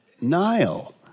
Nile